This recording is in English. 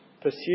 Pursue